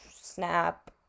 Snap